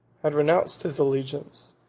had renounced his allegiance,